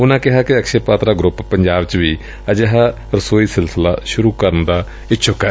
ਉਨੂਂ ਕਿਹਾ ਕਿ ਅਕਸ਼ੈ ਮਾਤਰਾ ਗਰੁੱਪ ਪੰਜਾਬ ਚ ਵੀ ਅਜਿਹਾ ਰਸੋਈ ਸਿਲਸਿਲਾ ਸ਼ੁਰੂ ਕਰਨ ਦਾ ਇੱਛੂਕ ਏ